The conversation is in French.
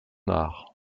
art